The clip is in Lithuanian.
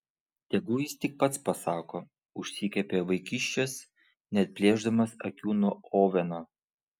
tegu jis pats pasako užsikepė vaikiščias neatplėšdamas akių nuo oveno